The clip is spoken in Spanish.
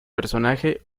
personaje